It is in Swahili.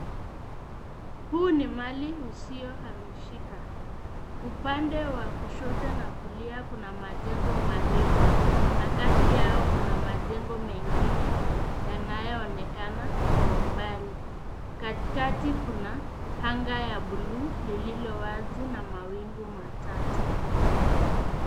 Huu ni mali usio hamishika upande wa kushoto na kulia kuna majengo marefu na kati yao kuna majengo mengine yanayoonekana kwa umbali ,katikati kuna anga ya buluu lililo wazi na mawingu machache. .